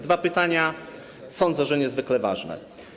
Dwa pytania, sądzę, że niezwykle ważne.